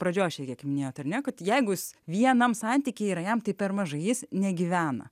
pradžioj šiek tiek minėjot ar ne kad jeigu jis vienam santyky yra jam tai per mažai jis negyvena